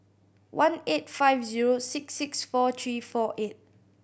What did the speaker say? one eight five zero six six four three four eight